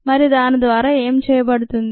మరి దాని ద్వారా ఏమి చేయబడుతుంది